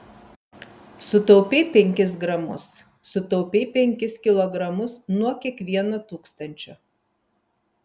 sutaupei penkis gramus sutaupei penkis kilogramus nuo kiekvieno tūkstančio